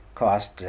Cost